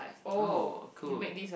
oh cool